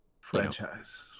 Franchise